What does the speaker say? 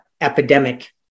epidemic